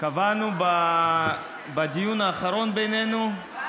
שקבענו בדיון האחרון בינינו,